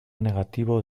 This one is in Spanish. negativo